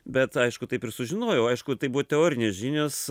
bet aišku taip ir sužinojau aišku tai būtų teorinės žinios